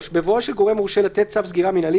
שיקול הדעת בהחלטה על מתן צו סגירה מינהלי